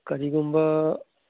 ꯀꯔꯤꯒꯨꯝꯕ